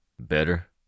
Better